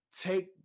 take